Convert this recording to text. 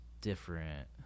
different